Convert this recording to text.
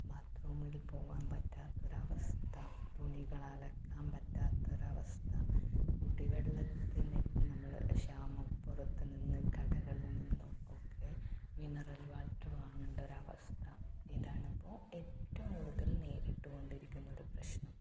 ബാത്ത്റൂമില് പോവാന് പറ്റാത്ത ഒരവസ്ഥ തുണികള് അലക്കാന് പറ്റാത്ത ഒരവസ്ഥ കുടിവെള്ളത്തിന് നമ്മള് ക്ഷാമം പുറത്ത് നിന്ന് കടകളില് നിന്നും ഒക്കെ മിനറല് വാട്ടര് വാങ്ങണ്ട ഒരവസ്ഥ ഇതാണിപ്പോൾ ഏറ്റവും കൂടുതല് നേരിട്ടുകൊണ്ടിരിക്കുന്നൊരു പ്രശ്നം